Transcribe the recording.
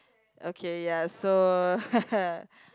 okay ya so